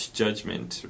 judgment